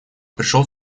пришел